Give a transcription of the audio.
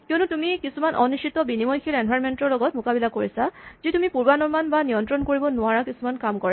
কিয়নো তুমি কিছুমান অনিশ্চিত বিনিময়শীল এনভাইৰনমেন্ট ৰ লগত মোকাবিলা কৰিছা যি তুমি পুৰ্বানুমান বা নিয়ন্ত্ৰ কৰিব নোৱাৰা কাম কিছুমান কৰে